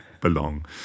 belong